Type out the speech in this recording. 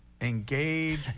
Engage